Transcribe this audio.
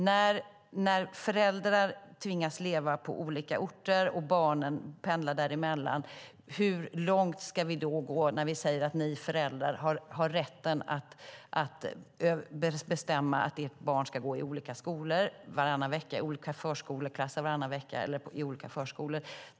När föräldrar tvingas leva på olika orter och barnen pendlar däremellan, hur långt ska vi då gå när vi säger att föräldrarna har rätten att bestämma att deras barn ska gå i olika skolor varannan vecka, olika förskoleklasser eller olika förskolor?